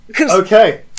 Okay